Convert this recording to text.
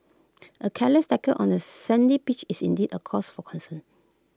A careless tackle on A sandy pitch is indeed A cause for concern